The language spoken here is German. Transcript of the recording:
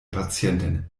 patientin